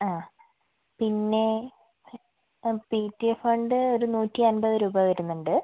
ആഹ് പിന്നെ പി ടി എ ഫണ്ട് ഒരു നൂറ്റിയൻപത് രൂപ വരുന്നുണ്ട്